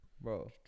Bro